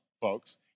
folks